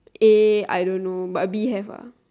A I don't know but B have ah